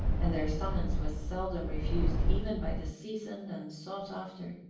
and their summons was seldom refused even by the seasoned and sought-after.